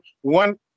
one